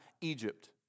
Egypt